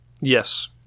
yes